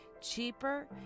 Cheaper